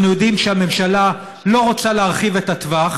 אנחנו יודעים שהממשלה לא רוצה להרחיב את הטווח